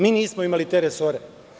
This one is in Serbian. Mi nismo imali te resore.